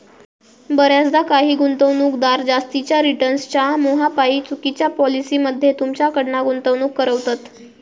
बऱ्याचदा काही गुंतवणूकदार जास्तीच्या रिटर्न्सच्या मोहापायी चुकिच्या पॉलिसी मध्ये तुमच्याकडना गुंतवणूक करवतत